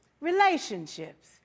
Relationships